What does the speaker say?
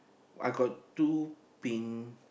I got two pin